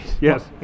Yes